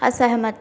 असहमत